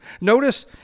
Notice